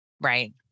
Right